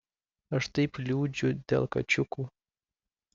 aš taip liūdžiu dėl kačiukų